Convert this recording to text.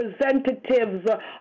representatives